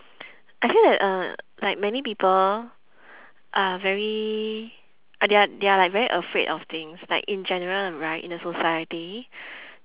I feel like uh like many people are very ah they are they are like very afraid of things like in general right in a society